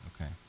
Okay